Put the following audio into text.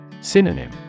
Synonym